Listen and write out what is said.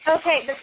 Okay